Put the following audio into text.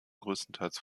größtenteils